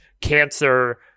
cancer